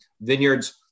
vineyards